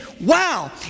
wow